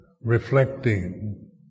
reflecting